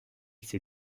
ses